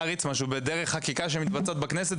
דרך חקיקה שמתבצעת בכנסת.